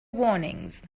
warnings